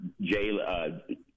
Jay